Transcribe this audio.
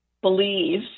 believe